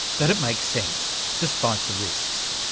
that it makes sense, despite the risks.